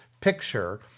picture